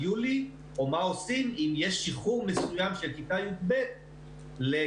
יולי או מה עושים אם יש שחרור מסוים של כיתה י"ב לתחילת